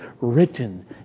written